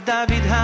David